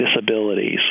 disabilities